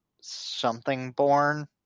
something-born